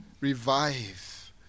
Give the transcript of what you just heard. revive